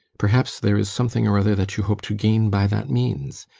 perhaps there is something or other that you hope to gain by that means?